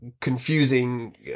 confusing